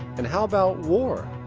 and how about war?